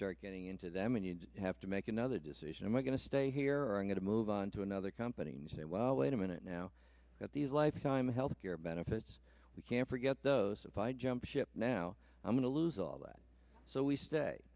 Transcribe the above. start getting into them and you'd have to make another decision and we're going to stay here i'm going to move on to another company and say well wait a minute now that these lifetime health care benefits we can forget those if i jump ship now i'm going to lose all that so we stay